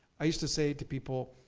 i used to say to people,